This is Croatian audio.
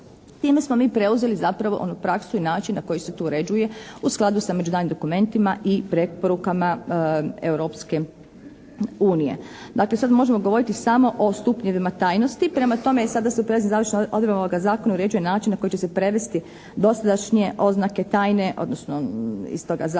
Time smo mi preuzeli zapravo onu praksu i način na koji se to uređuje u skladu sa međunarodnim dokumentima i preporukama Europske unije. Dakle sada možemo govoriti samo u stupnjevima tajnosti. Prema tome sada se u prijelaznim i završnim odredbama ovoga zakona uređuje način na koji će se prevesti dosadašnje oznake tajne, odnosno iz toga Zakona